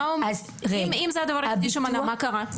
אם זה הדבר היחידי שמנע, מה קרה?